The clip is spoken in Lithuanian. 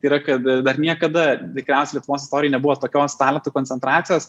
yra kad dar niekada tikriausia lietuvos istorijoj nebuvo tokios talentų koncentracijos